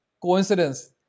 Coincidence